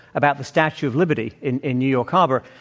about the statue of liberty in in new york harbor.